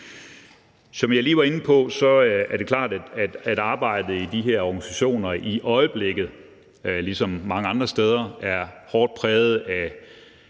Som jeg lige var inde på, er det klart, at arbejdet i de her organisationer i øjeblikket ligesom mange andre steder er hårdt præget af